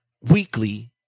weekly